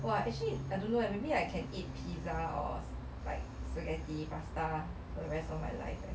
!wah! actually I don't know maybe I can eat pizza or like spaghetti pasta for the rest of my life